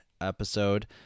episode